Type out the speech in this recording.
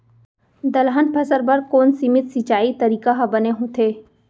दलहन फसल बर कोन सीमित सिंचाई तरीका ह बने होथे?